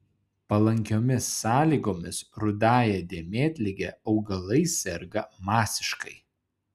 palankiomis sąlygomis rudąja dėmėtlige augalai serga masiškai